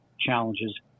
challenges